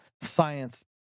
science